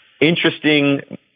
interesting